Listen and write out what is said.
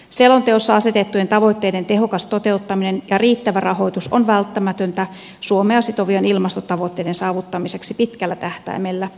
selonteossa asetettujen tavoitteiden tehokas toteuttaminen ja riittävä rahoitus on välttämätöntä suomea sitovien ilmastotavoitteiden saavuttamiseksi pitkällä tähtäimellä